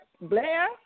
Blair